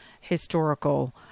historical